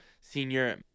senior